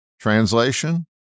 Translation